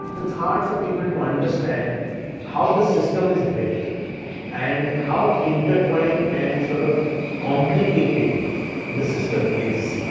it's hard for people to understand how the system is built and how intertwined and sort of complicated the system is.